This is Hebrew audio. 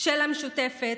של המשותפת,